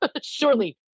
surely